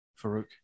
Farouk